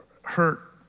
hurt